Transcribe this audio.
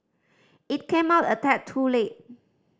it came out a tad too late